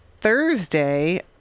Thursday